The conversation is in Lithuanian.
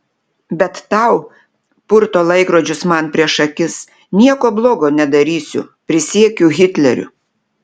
bet tau purto laikrodžius man prieš akis nieko blogo nedarysiu prisiekiu hitleriu